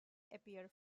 appear